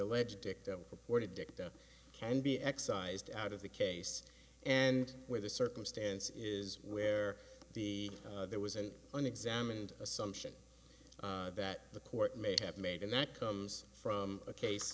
alleged victim purported dicta can be excised out of the case and where the circumstance is where the there was an unexamined assumption that the court may have made and that comes from a case